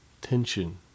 tension